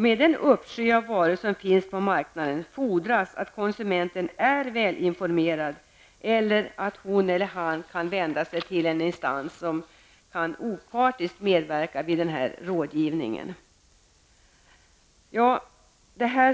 Med den uppsjö av varor som finns på marknaden fordras att konsumenten är välinformerad eller att hon eller han kan vända sig till en instans som opartiskt kan medverka vid denna rådgivning.